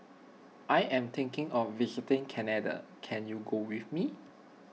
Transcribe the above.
I am thinking of visiting Canada can you go with me